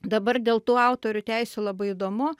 dabar dėl tų autorių teisių labai įdomu